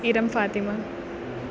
Iram Fatima